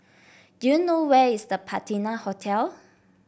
do you know where is The Patina Hotel